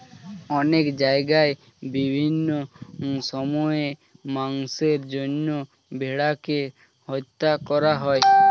অনেক জায়গায় বিভিন্ন সময়ে মাংসের জন্য ভেড়াকে হত্যা করা হয়